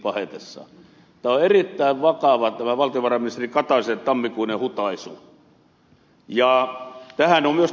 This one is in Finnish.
tämä on erittäin vakava tämä valtiovarainministeri kataisen tammikuinen hutaisu